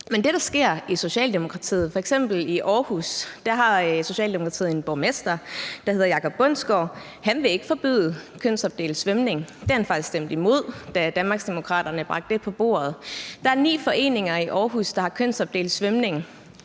Men det, der sker i Socialdemokratiet, er: I Aarhus har Socialdemokratiet f.eks. en borgmester, der hedder Jacob Bundsgaard. Han vil ikke forbyde kønsopdelt svømning. Det har han faktisk stemt imod, da Danmarksdemokraterne bragte det ind på bordet. Der er ni foreninger i Aarhus, der har kønsopdelt svømning.